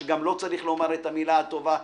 שגם לו צריך לומר מילה טובה,